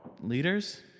Leaders